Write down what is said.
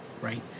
right